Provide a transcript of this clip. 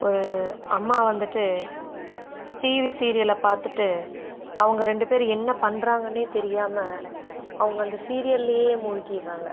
ஒரு அம்மா வந்துட்டு டிவி சீரியலை பார்த்துட்டு அவங்க ரெண்டு பேரும் என்ன பண்ணுறாங்கன்னே தெரியாமல் அவங்க அந்த சீரியல்லேயே மூழ்கிடுறாங்க